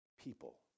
people